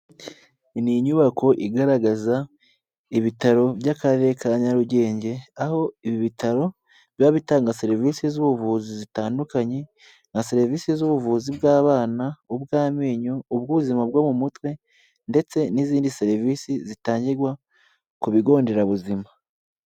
Ni inyubako igaragaza ibitaro by'akarere ka Nyarugenge aho ibi bitaro biba bitanga serivisi z'ubuvuzi zitandukanye, na serivisi z'ubuvuzi bw'abana, ubw'amenyo, ubw'ubuzima bwo mu mutwe ndetse n'izindi serivisi zitangirwa ku bigo nderabuzima.